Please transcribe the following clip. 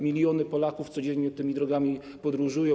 Miliony Polaków codziennie tymi drogami podróżują.